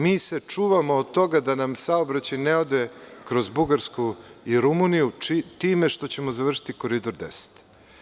Mi se čuvamo od toga da nam saobraćaj ne ode kroz Bugarsku i Rumuniju time što ćemo završiti Koridor 10.